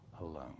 alone